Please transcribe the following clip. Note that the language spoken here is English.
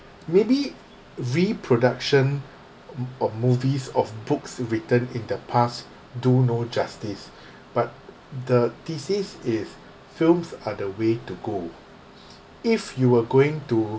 maybe the reproduction or movies of books written in the past do no justice but the thesis is films are the way to go if you were going to